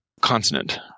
consonant